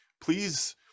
please